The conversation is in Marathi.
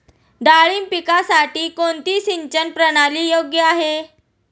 डाळिंब पिकासाठी कोणती सिंचन प्रणाली योग्य आहे?